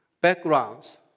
backgrounds